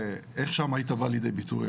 איך שם היית בא לידי ביטוי?